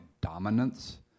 dominance